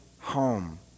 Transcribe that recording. home